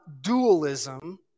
dualism